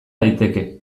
daiteke